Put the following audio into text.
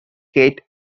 kate